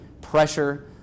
pressure